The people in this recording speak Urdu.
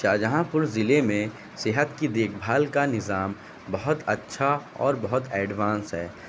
شاہجہاں پور ضلعے میں صحت کی دیکھ بھال کا نظام بہت اچھا اور بہت ایڈوانس ہے